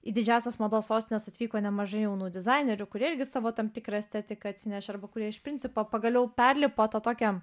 į didžiąsias mados sostines atvyko nemažai jaunų dizainerių kurie irgi savo tam tikrą estetiką atsinešė arba kurie iš principo pagaliau perlipo tą tokią